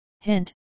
Hint